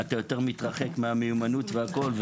אתה יותר מתרחק מהמיומנות והכול,